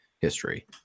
history